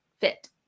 fit